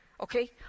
Okay